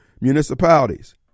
municipalities